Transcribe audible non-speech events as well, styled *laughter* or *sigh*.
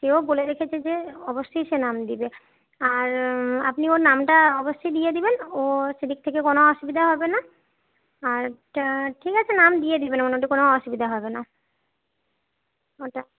এও বলে রেখেছে যে অবশ্যই সে নাম দেবে আর আপনি ওর নামটা অবশ্যই দিয়ে দেবেন ওর সেদিক থেকে কোনো অসুবিধা হবে না আর *unintelligible* ঠিক আছে নাম দিয়ে দেবেন ওর মধ্যে কোনো অসুবিধা হবে না ওটা